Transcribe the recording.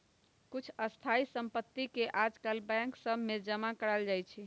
कुछ स्थाइ सम्पति के याजकाल बैंक सभ में जमा करायल जाइ छइ